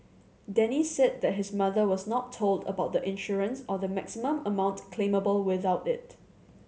Denny said that his mother was not told about the insurance or the maximum amount claimable without it